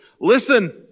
listen